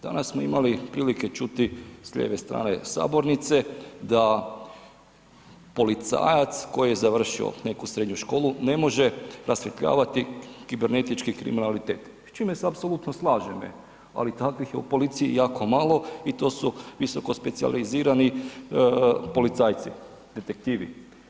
Danas smo imali prilike čuti s lijeve strane sabornice, da policajac koji je završio neku srednju školu, ne može rasvjetljavati kibernetički kriminalitet, s čime se apsolutno slažem, ali takvih je u policiji jako malo i to su visokospecijalizirani policajci, detektivi.